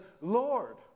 Lord